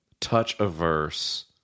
touch-averse